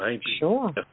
Sure